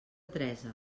teresa